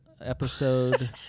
episode